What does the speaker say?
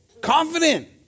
Confident